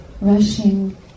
rushing